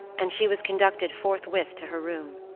and she was conducted forthwith to her room.